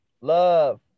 Love